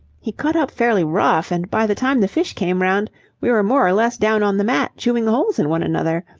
he cut up fairly rough, and by the time the fish came round we were more or less down on the mat chewing holes in one another.